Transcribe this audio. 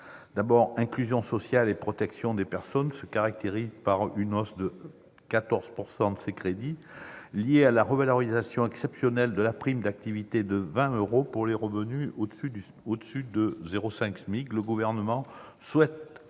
304, « Inclusion sociale et protection des personnes », se caractérise par une hausse de 14 % de ses crédits, liée à la revalorisation exceptionnelle de la prime d'activité de 20 euros pour les revenus supérieurs à 0,5 SMIC. Le Gouvernement souhaite